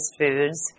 foods